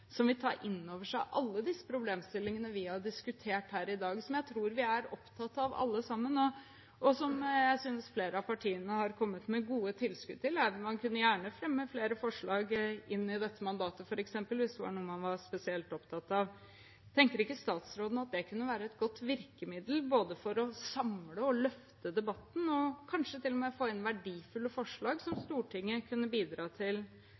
som vil ta inn over seg alle disse problemstillingene vi har diskutert her i dag, og som jeg tror vi er opptatt av alle sammen, og som jeg synes flere av partiene har kommet med gode tilskudd til, og man kunne gjerne fremme flere forslag inn i dette mandatet, f.eks., hvis det var noe man var spesielt opptatt av. Tenker ikke statsråden at dette kunne være et godt virkemiddel både for å samle og løfte debatten, og kanskje til og med få inn verdifulle forslag som Stortinget kunne bidra til